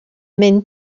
mynd